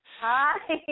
Hi